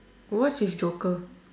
what's with joker